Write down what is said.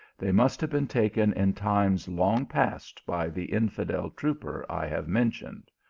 they must have been taken in times long past by the infidel trooper i have men tioned.